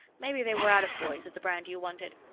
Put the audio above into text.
maybe they were out of boys of the brand you wanted.